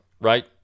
right